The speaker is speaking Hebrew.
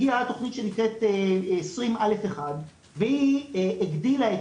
הגיעה התוכנית 20א1 והיא הגדילה את